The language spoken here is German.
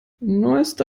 neueste